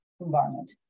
environment